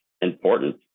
important